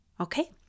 Okay